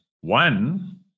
One